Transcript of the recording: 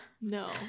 No